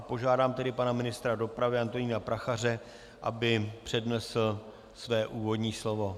Požádám tedy pana ministra dopravy Antonína Prachaře, aby přednesl své úvodní slovo.